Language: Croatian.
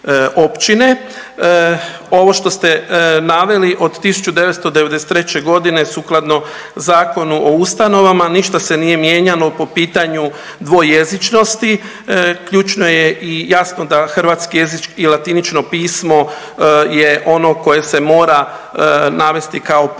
Ovo što ste naveli od 1993. godine sukladno Zakonu o ustanovama ništa se nije mijenjalo po pitanju dvojezičnosti. Ključno je i jasno da hrvatski jezik i latinično pismo je ono koje se mora navesti kao prvo,